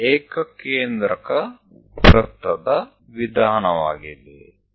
આ સમ કેન્દ્રીય વર્તુળ પદ્ધતિ છે